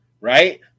right